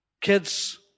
kids